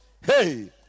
Hey